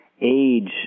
age